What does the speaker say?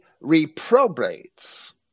reprobates